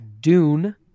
Dune